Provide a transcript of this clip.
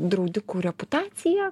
draudikų reputacija